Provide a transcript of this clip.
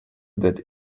that